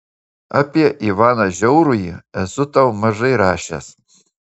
apie ivaną žiaurųjį esu tau mažai rašęs